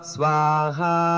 Swaha